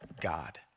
God